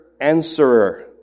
answerer